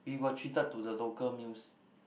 we were treated to the local meals